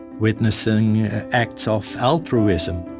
witnessing acts of altruism,